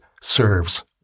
serves